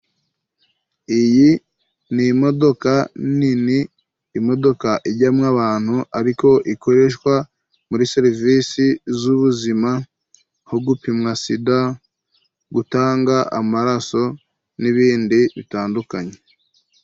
Iyi ni imodoka nini imodoka ijyamo abantu ariko ikoreshwa muri serivisi z'ubuzima nko gupimwa sida gutanga amaraso n'ibindi bitandukanye